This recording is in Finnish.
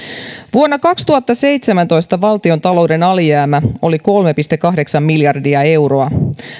vuonna kaksituhattaseitsemäntoista valtiontalouden alijäämä oli kolme pilkku kahdeksan miljardia euroa